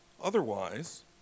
Otherwise